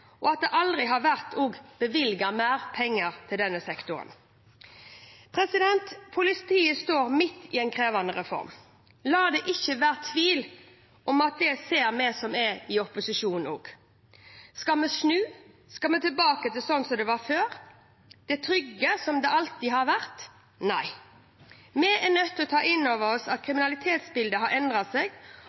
og at det aldri har vært bevilget mer penger til denne sektoren. Politiet står midt i en krevende reform, la det ikke være tvil om at det ser vi som er i posisjon, også. Skal vi snu, skal vi tilbake til slik det var før, det trygge som det alltid hadde vært? – Nei. Vi er nødt til å ta inn over oss at kriminalitetsbildet har endret seg,